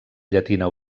llatina